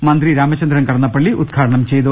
മന്ത്രി രാമചന്ദ്രൻ കടന്നപ്പള്ളി ഉദ്ഘാടനം ചെയ്തു